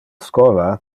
schola